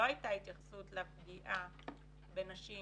לא הייתה התייחסות לפגיעה בנשים